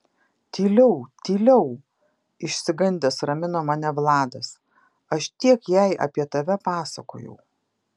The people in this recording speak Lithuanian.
tyliau tyliau išsigandęs ramino mane vladas aš tiek jai apie tave pasakojau